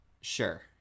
sure